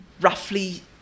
roughly